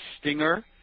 stinger